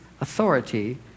authority